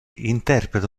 interpreta